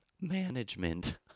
Management